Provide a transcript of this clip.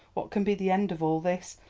what can be the end of all this?